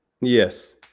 Yes